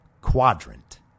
quadrant